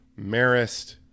Marist